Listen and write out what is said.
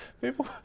people